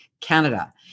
Canada